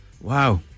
Wow